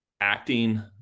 acting